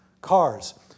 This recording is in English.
cars